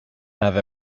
have